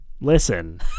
Listen